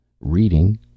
Reading